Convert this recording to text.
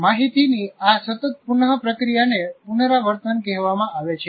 માહિતીની આ સતત પુનપ્રક્રિયાને પુનરાવર્તનકહેવામાં આવે છે